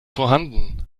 vorhanden